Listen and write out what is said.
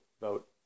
vote